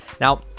Now